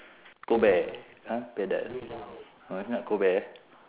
crobear !huh! beardile !huh! not crobear